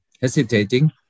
hesitating